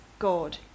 God